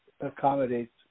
accommodates